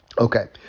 Okay